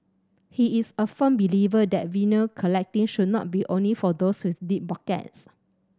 he is a firm believer that vinyl collecting should not be only for those with deep pockets